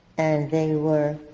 and they were